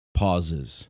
pauses